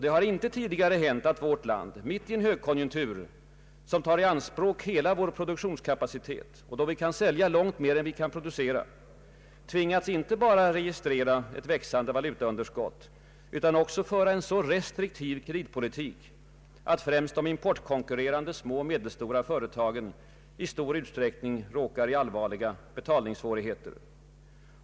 Det har inte tidigare hänt att vårt land mitt i en högkonjunktur, som tar i anspråk hela vår produktionskapacitet och då vi kan sälja långt mer än vi kan producera, tvingas inte bara registrera ett växande valutaunderskott utan också föra en så restriktiv kreditpolitik att främst de importkonkurrerande små och medelstora företagen i stor utsträckning råkar i allvarliga betalningssvårigheter.